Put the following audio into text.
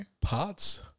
parts